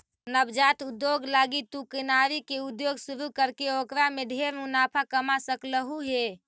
नवजात उद्योग लागी तु किनारी के उद्योग शुरू करके ओकर में ढेर मुनाफा कमा सकलहुं हे